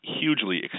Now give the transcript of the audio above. hugely